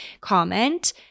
comment